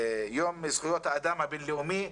זכויות אדם הבין-לאומי.